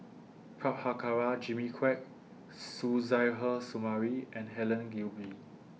Prabhakara Jimmy Quek Suzairhe Sumari and Helen Gilbey